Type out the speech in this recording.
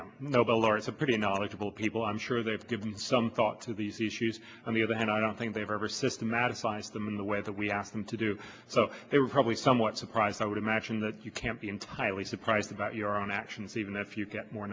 know nobel laureates of pretty knowledgeable people i'm sure they've given some thought to these shoes on the other hand i don't think they've ever systematic finds them in the way that we asked them to do so they were probably somewhat surprised i would imagine that you can't be entirely surprised about your own actions even if you get more